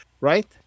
right